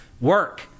work